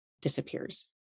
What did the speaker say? disappears